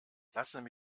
lassen